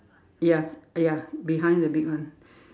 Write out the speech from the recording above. ya ya behind the big one